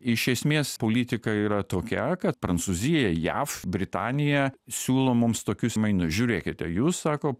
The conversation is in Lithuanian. iš esmės politika yra tokia kad prancūzija jav britanija siūlo mums tokius mainus žiūrėkite jūs sako